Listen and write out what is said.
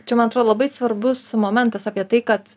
čia man atrodo labai svarbus momentas apie tai kad